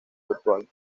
virtual